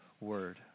word